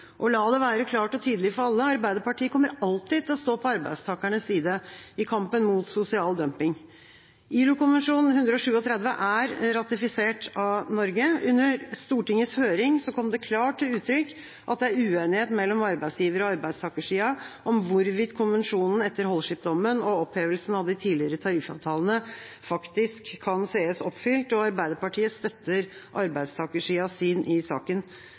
La det være klart og tydelig for alle: Arbeiderpartiet kommer alltid til å stå på arbeidstakernes side i kampen mot sosial dumping. ILO-konvensjon 137 er ratifisert av Norge. Under Stortingets høring kom det klart til uttrykk at det er uenighet mellom arbeidsgiver- og arbeidstakersida om hvorvidt konvensjonen etter Holship-dommen og opphevelsen av de tidligere tariffavtalene faktisk kan anses oppfylt. Arbeiderpartiet støtter arbeidstakersidas syn i saken.